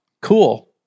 cool